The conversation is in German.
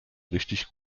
richtig